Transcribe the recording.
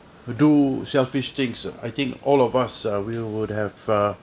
do selfish things uh I think all of us uh we would have a